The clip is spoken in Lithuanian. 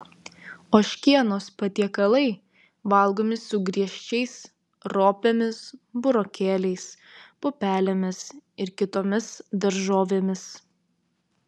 ožkienos patiekalai valgomi su griežčiais ropėmis burokėliais pupelėmis ir kitomis daržovėmis